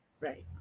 right